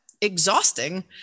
exhausting